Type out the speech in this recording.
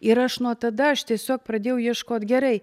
ir aš nuo tada aš tiesiog pradėjau ieškot gerai